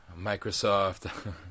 Microsoft